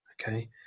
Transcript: Okay